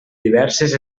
diverses